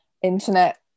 internet